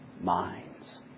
minds